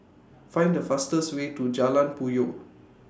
Find The fastest Way to Jalan Puyoh